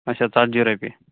اچھا ژَتجی رۄپیہِ